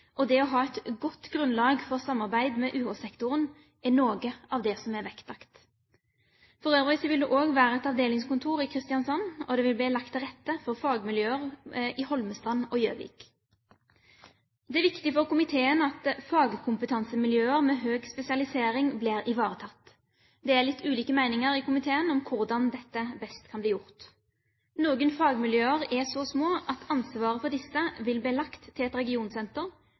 og det å ha et godt grunnlag for samarbeid med UH-sektoren er noe av det som er vektlagt. For øvrig vil det også være et avdelingskontor i Kristiansand, og det vil bli lagt til rette for fagmiljøer i Holmestrand og Gjøvik. Det er viktig for komiteen at fagkompetansemiljøer med høy spesialisering blir ivaretatt. Det er litt ulike meninger i komiteen om hvordan dette best kan bli gjort. Noen fagmiljøer er så små at ansvaret for disse vil bli lagt til et regionsenter